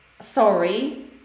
sorry